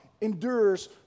endures